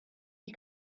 die